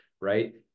right